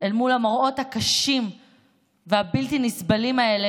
אל מול המראות הקשים והבלתי-נסבלים האלה,